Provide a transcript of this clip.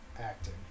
acting